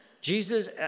Jesus